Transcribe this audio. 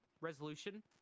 resolution